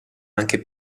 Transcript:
anche